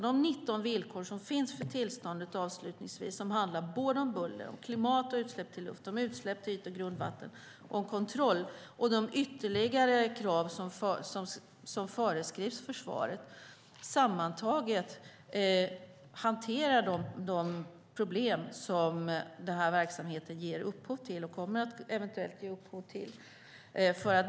De 19 villkor som finns för tillståndet - de handlar om buller, om klimat, om utsläpp i luft och i yt och grundvatten och om kontroll - och de ytterligare krav som föreskrivs försvaret hanterar sammantaget de problem som den här verksamheten ger och eventuellt kommer att ge upphov till.